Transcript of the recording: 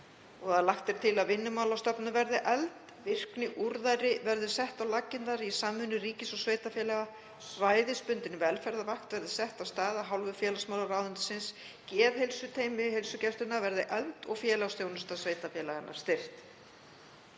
Lagt er til að Vinnumálastofnun verði efld, virkniúrræði verði sett á laggirnar í samvinnu ríkis og sveitarfélaga, svæðisbundin velferðarvakt verði sett af stað af hálfu félagsmálaráðuneytisins, geðheilsuteymi heilsugæslunnar verði efld og félagsþjónusta sveitarfélaganna styrkt.